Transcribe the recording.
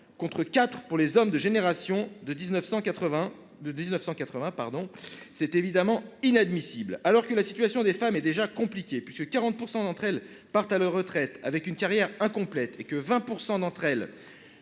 quatre pour les hommes de la génération de 1980. C'est inadmissible ! Alors que la situation des femmes est déjà compliquée puisque 40 % d'entre elles partent à la retraite avec une carrière incomplète et que 20 % attendent